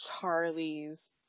Charlie's